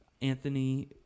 Anthony